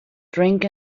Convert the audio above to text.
drink